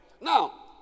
Now